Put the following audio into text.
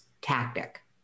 tactic